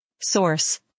source